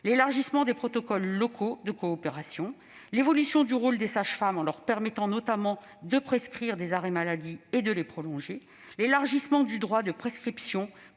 l'élargissement des protocoles locaux de coopération ; l'évolution du rôle des sages-femmes, qui pourront notamment prescrire des arrêts maladie et les prolonger ; l'élargissement du droit de prescription